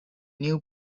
new